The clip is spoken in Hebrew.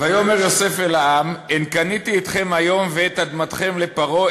"ויאמר יוסף אל העם הן קניתי אתכם היום ואת אדמתכם לפרעה,